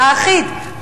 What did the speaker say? האחיד,